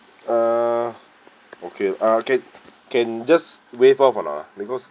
uh okay uh can can just waive off or not ah because